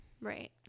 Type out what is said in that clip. right